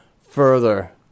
further